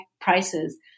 prices